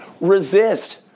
Resist